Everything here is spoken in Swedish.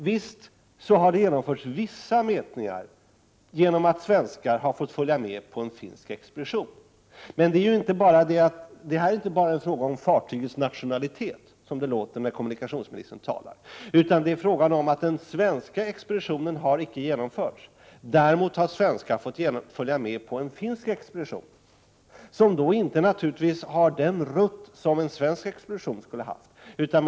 Visst har det genomförts vissa mätningar, genom att svenskar har fått följa med på en finsk expedition, men detta är inte bara en fråga om fartygsnationalitet, som det kan förefalla av det som kommunikationsministern säger, utan vad det gäller är att en svensk expedition inte har kunnat genomföras. Däremot har svenskar fått följa med på en finsk expedition, som naturligtvis inte följer samma rutt som en svensk expedition skulle ha haft.